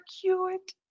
cute